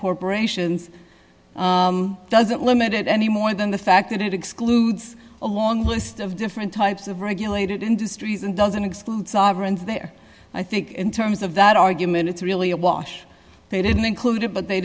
corporations doesn't limit it any more than the fact that it excludes a long list of different types of regulated industries and doesn't exclude sovereigns there i think in terms of that argument it's really a wash they didn't include it but they